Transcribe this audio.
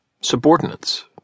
subordinates